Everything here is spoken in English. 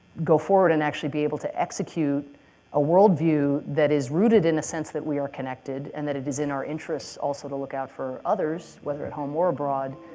go forward and actually be able to execute a worldview that is rooted in the sense that we are connected and that it is in our interests, also, to look out for others, whether at home or abroad,